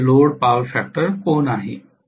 हा load power factor कोन आहे